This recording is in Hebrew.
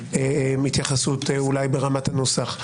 שביקשתי מתייחסות אולי ברמת הנוסח,